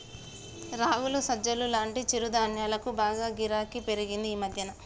రాగులు, సజ్జలు లాంటి చిరుధాన్యాలకు బాగా గిరాకీ పెరిగింది ఈ మధ్యన